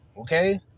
Okay